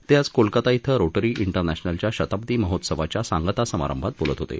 ते आज कोलकाता कें रोटरी विरनॅशनलच्या शताब्दी महोत्सवाच्या सांगता समारंभात बोलत होते